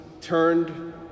turned